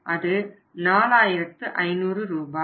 அது 4500 ரூபாய்